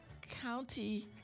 county